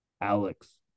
Alex